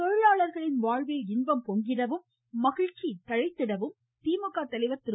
தொழிலாளர்களின் வாழ்வில் இன்பம் பொங்கிடவும் மகிழ்ச்சி தவழ்ந்திடவும் திமுக தலைவர் திரு